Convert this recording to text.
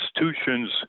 institutions